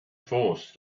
force